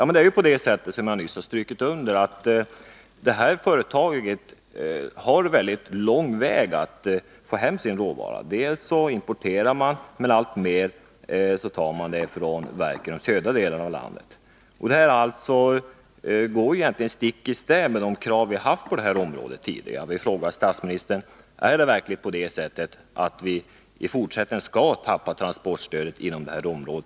Men som jag nyss har strukit under har detta företag väldigt lång väg att få hem sin råvara. En del importerar man, men alltmer tar man från verken i den södra delen av landet. Det här går egentligen stick i stäv med de krav vi har haft på detta område tidigare. Jag vill fråga statsrådet: Är det verkligen på det sättet att vi i fortsättningen skall tappa transportstödet inom det här området?